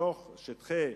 בתוך שטחי